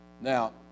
Now